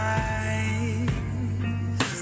eyes